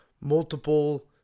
multiple